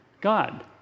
God